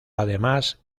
además